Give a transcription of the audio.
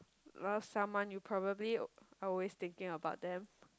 love someone you probably always thinking about them